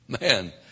Man